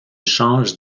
change